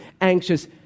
anxious